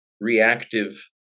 reactive